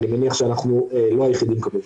אני מניח שאנחנו לא היחידים כמובן.